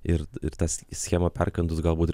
ir ir tas schemą perkandus galbūt ir